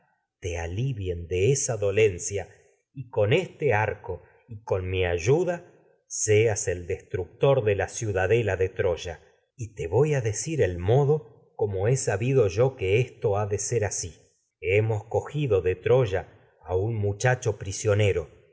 te mi alivien de esa dolencia y con este arco y con ayuda seas el destructor de la ciudadela de voy asi troya y te a decir el modo como he sabido yo que esto ha de ser hemos cogido de troya a un muchacho